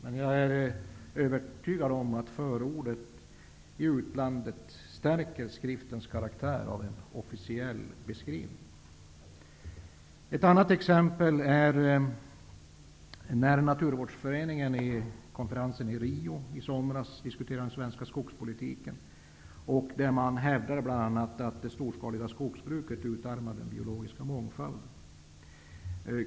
Men jag är övertygad om att förordet i utlandet stärker skriftens karaktär av en officiell beskrivning. Ett annat exempel är när Naturskyddsföreningen vid konferensen i Rio i somras diskuterade den svenska skogspolitiken. Man hävdade bl.a. att det storskaliga skogsbruket utarmade den biologiska mångfalden.